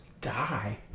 die